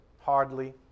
hardly